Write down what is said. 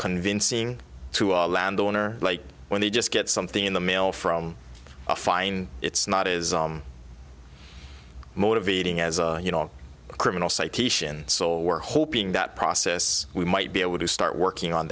convincing to our landowner like when they just get something in the mail from a fine it's not is motivating as a criminal citation so we're hoping that process we might be able to start working on